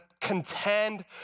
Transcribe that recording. contend